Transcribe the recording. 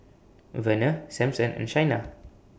Verner Sampson and Shaina